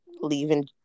leaving